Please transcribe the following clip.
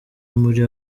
muri